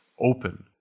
open